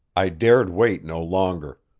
i dared wait no longer.